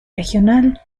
regional